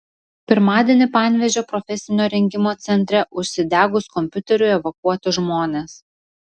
pirmadienį panevėžio profesinio rengimo centre užsidegus kompiuteriui evakuoti žmonės